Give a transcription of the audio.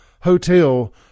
Hotel